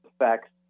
effects